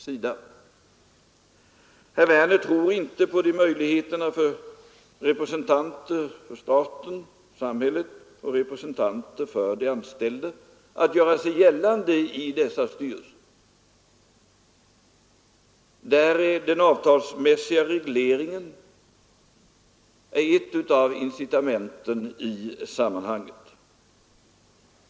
Herr Werner tror inte på möjligheterna för sådana representanter för staten och samhället och för de anställda att göra sig gällande i styrelserna för företagen. Den avtalsmässiga regleringen är ett av incitamenten i det sammanhanget.